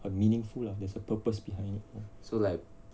很 meaningful lah there's a purpose behind